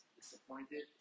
Disappointed